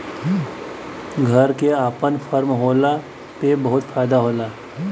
घरे क आपन फर्म होला पे बहुते फायदा होला